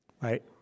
right